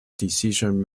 decision